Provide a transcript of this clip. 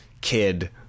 kid